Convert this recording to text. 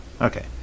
Okay